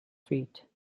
feat